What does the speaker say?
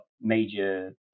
major